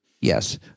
Yes